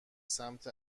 سمت